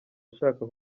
ashaka